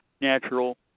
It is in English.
natural